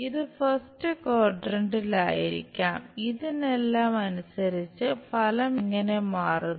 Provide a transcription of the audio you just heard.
ഇതിനെല്ലാം അനുസരിച്ച് ഫലം എങ്ങനെ മാറുന്നു